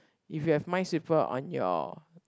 if you have Minesweeper on your